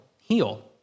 heal